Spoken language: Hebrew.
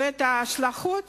ואת ההשלכות